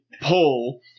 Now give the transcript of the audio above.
pull